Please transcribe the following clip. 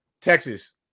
Texas